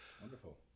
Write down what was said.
Wonderful